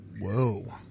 Whoa